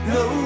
no